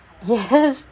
yes